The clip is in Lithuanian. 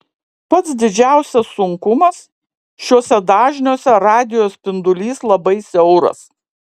pats didžiausias sunkumas šiuose dažniuose radijo spindulys labai siauras